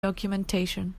documentation